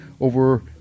over